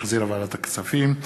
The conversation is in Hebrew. שהחזירה ועדת הכספים,